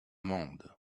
mende